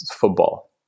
football